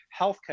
healthcare